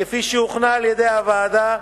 כפי שהוכנה על-ידי הוועדה,